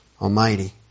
Almighty